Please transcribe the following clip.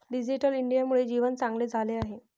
digital इंडियामुळे जीवन चांगले झाले आहे